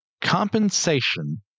compensation